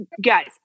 guys